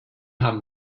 haben